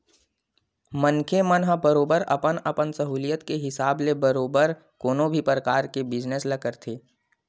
मनखे मन ह बरोबर अपन अपन सहूलियत के हिसाब ले बरोबर कोनो भी परकार के बिजनेस ल करथे